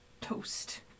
toast